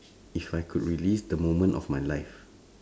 if I could release the moment of my life